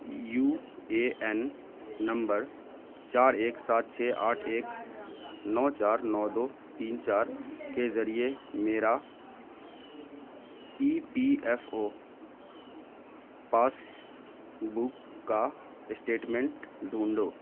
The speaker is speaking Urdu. یو اے این نمبر چار ایک سات چھ آٹھ ایک نو چار نو دو تین چار کے ذریعے میرا E P F O passbook کا اسٹیٹمنٹ ڈھونڈو